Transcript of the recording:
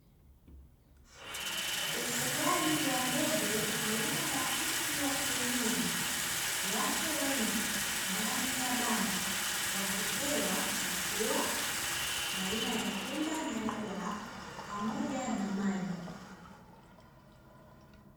Ufugaji wa ndege aina ya kuku wa kienyeji, wapo wengi ndani ya banda. Wakipewa chakula aina ya pumba na dagaa, pamoja na maji.